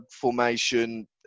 formation